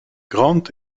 grant